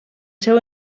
seu